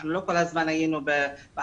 אנחנו לא כל הזמן היינו בעבודה,